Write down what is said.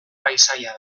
paisaia